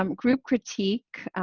um group critique,